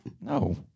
No